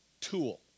tool